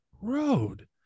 road